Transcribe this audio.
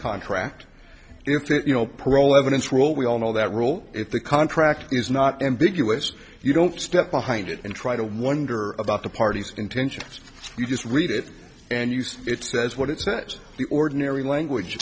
contract if you know parole evidence rule we all know that rule if the contract is not ambiguous you don't step behind it and try to wonder about the parties intentions you just read it and use it says what it says the ordinary language